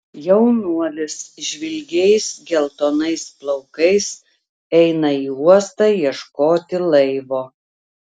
jaunuolis žvilgiais geltonais plaukais eina į uostą ieškoti laivo